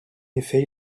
effet